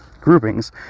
groupings